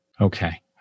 Okay